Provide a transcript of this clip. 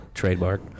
trademark